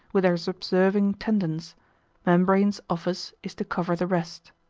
with their subserving tendons membranes' office is to cover the rest.